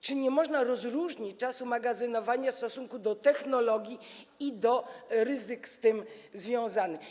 Czy nie można rozróżnić czasu magazynowania w odniesieniu do technologii i do ryzyk z tym związanych?